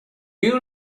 you